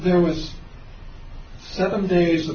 there was seven days